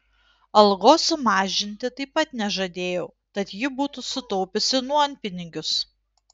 algos sumažinti taip pat nežadėjau tad ji būtų sutaupiusi nuompinigius